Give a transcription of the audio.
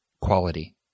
quality